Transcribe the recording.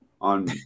on